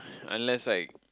unless like